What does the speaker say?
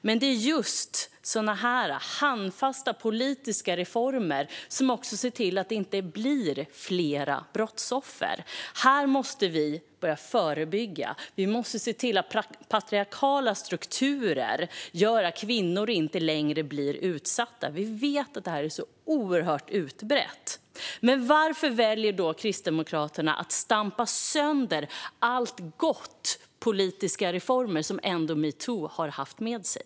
Men det är just sådana här handfasta politiska reformer som också ser till att det inte blir fler brottsoffer. Här måste vi börja förebygga. Vi måste se till att patriarkala strukturer inte längre gör att kvinnor blir utsatta. Vi vet att det här är oerhört utbrett. Varför väljer då Kristdemokraterna att stampa sönder allt gott i form av politiska reformer som metoo har fört med sig?